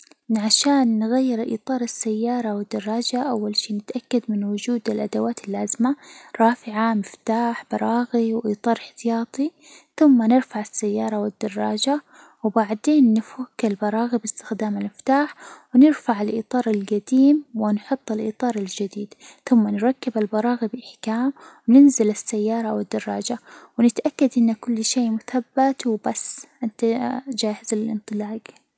عشان نغير إطار السيارة والدراجة، أول شي نتأكد من وجود الأدوات اللازمة، رافعة، مفتاح ،براغي، وإطار احتياطي، ثم نرفع السيارة أو الدراجة، وبعدين نفك البراغي باستخدام المفتاح، ونرفع الإطار الجديم ونحط الإطار الجديد، ثم نركب البراغي بإحكام، ننزل السيارة أو الدراجة، ونتأكد أن كل شيء مثبت، وبس أنت جاهز للانطلاق!